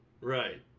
Right